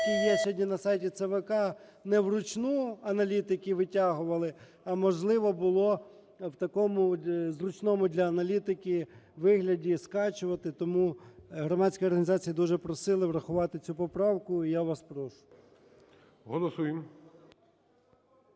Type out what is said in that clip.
сьогодні на сайті ЦВК, не вручну аналітики витягували, а можливо було в такому зручному для аналітики вигляді скачувати. Тому громадські організації дуже просили врахувати цю поправку, і я вас прошу. ГОЛОВУЮЧИЙ.